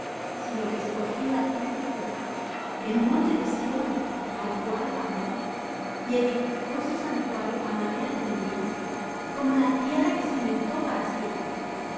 sino que escogió la tribu de judá el monte de sión al cual amó y edificó su santuario á manera de eminencia como la tierra que cimentó para siempre